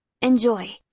Enjoy